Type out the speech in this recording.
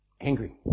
Angry